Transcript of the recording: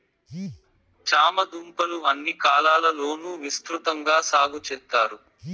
చామ దుంపలు అన్ని కాలాల లోనూ విసృతంగా సాగు చెత్తారు